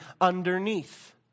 underneath